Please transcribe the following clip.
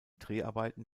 dreharbeiten